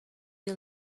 you